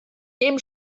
dem